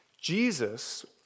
Jesus